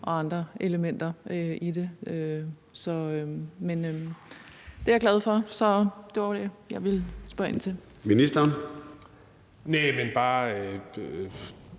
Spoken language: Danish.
af indfødsretsloven. Det er jeg glad for. Så det var det, jeg ville spørge ind til.